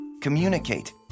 Communicate